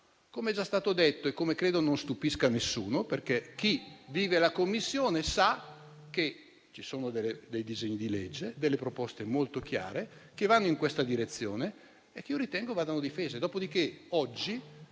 Come è già stato detto e come credo non stupisca alcuno, chi vive la Commissione sa che vi sono dei disegni di legge e delle proposte molto chiare, che vanno in questa direzione e che io ritengo vadano difese. Dopodiché,